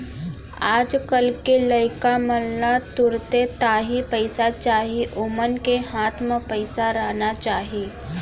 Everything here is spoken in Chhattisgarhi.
आज कल के लइका मन ला तुरते ताही पइसा चाही ओमन के हाथ म पइसा रहना चाही